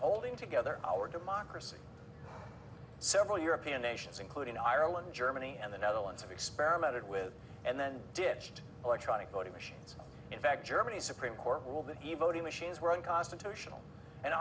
holding together our democracy several european nations including ireland germany and the netherlands have experimented with and then ditched electronic voting machines in fact germany's supreme court ruled that evo two machines were unconstitutional and